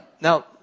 Now